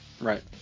right